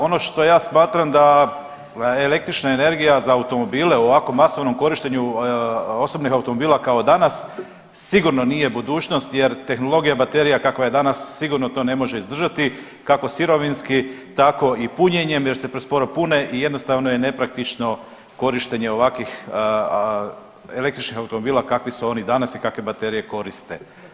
Ono što ja smatram da električna energija za automobile u ovako masovnom korištenju osobnih automobila kao danas sigurno nije budućnost jer tehnologija baterija kakva je danas sigurno to ne može izdržati kako sirovinski, tako i punjenjem jer se presporo pune i jednostavno je nepraktično korištenje ovakvih električnih automobila kakvi su oni danas i kakve baterije koriste.